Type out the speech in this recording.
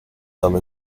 them